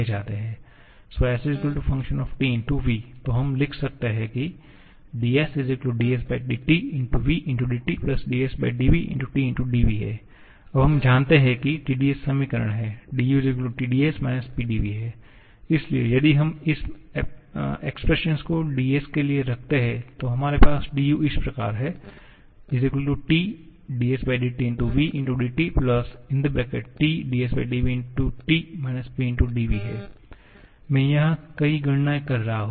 S f T v तो हम लिख सकते हैं dss𝑇v dTsvT dv अब हम जानते हैं कि Tds समीकरण है du TdS - Pdv इसलिए यदि हम इस एक्सप्रेशन को ds के लिए रखते हैं तो हमारे पास du इस प्रकार है Ts𝑇v dT TsvT Pdv मैं यहां कई गणनाएं कर रहा हूं